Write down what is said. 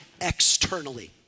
externally